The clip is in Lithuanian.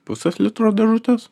pusės litro dėžutes